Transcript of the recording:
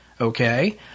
Okay